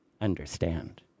understand